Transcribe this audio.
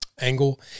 Angle